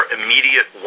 immediate